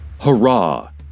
Hurrah